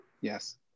Yes